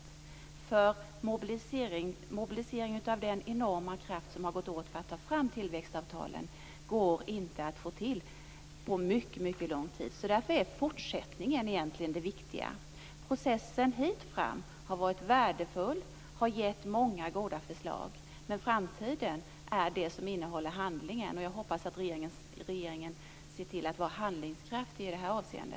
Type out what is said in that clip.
Det går inte att få till en mobilisering av den enorma kraft som har gått åt för att ta fram tillväxtavtalen på mycket, mycket lång tid. Därför är fortsättningen egentligen det viktiga. Processen hittills har varit värdefull och har inneburit många goda förslag. Men framtiden är det som innehåller handlingen, och jag hoppas att regeringen ser till att vara handlingskraftig i detta avseende.